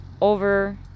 over